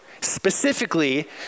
specifically